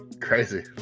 Crazy